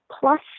Plus